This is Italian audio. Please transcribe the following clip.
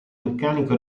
meccaniche